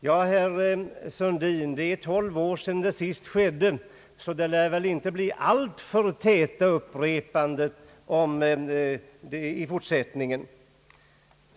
Ja, herr Sundin, det är tolv år sedan det senast skedde, så det lär väl inte blir alltför täta upprepanden i fortsättningen.